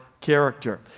character